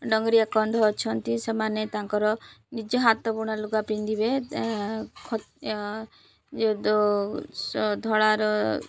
ଡଙ୍ଗିରିଆ କନ୍ଧ ଅଛନ୍ତି ସେମାନେ ତାଙ୍କର ନିଜ ହାତ ବୁଣା ଲୁଗା ପିନ୍ଧିବେ ଧଳାର